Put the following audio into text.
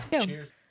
Cheers